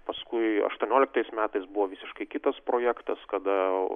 paskui aštuonioliktais metais buvo visiškai kitas projektas kada